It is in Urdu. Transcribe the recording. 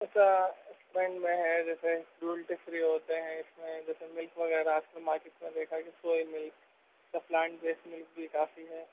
اچھا اسپینڈ میں ہے جیسے ڈولٹی فری ہوتے ہیں اس میں جیسے ملک وغیرہ آپ کو مارکیٹ میں دیکھا کہ سوئے ملک یا پلانٹ بیسڈ ملک بھی کافی ہے